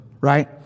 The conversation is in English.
right